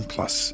Plus